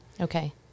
Okay